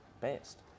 best